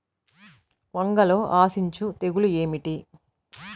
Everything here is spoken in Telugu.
వంగలో ఆశించు తెగులు ఏమిటి?